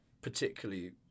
particularly